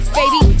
baby